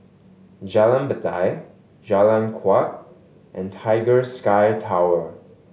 Jalan Batai Jalan Kuak and Tiger Sky Tower